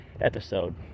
episode